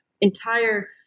entire